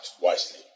wisely